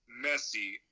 messy